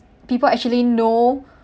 people actually know